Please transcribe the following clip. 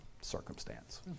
circumstance